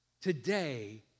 today